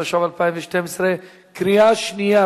התשע"ב 2012. קריאה שנייה,